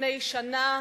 לפני שנה